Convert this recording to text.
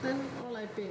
this one all I pay ah